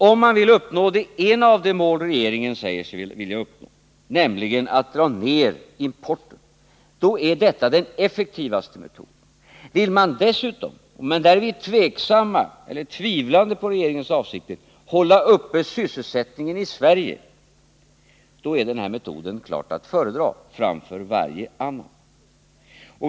Om man vill uppnå det ena av de mål regeringen säger sig vilja uppnå, nämligen att dra ner importen, är detta den effektivaste metoden. Vill man dessutom — men där är vi tvivlande i fråga om regeringens avsikter — hålla uppe sysselsättningen i Sverige, då är den här metoden klart att föredra framför varje annan.